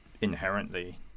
inherently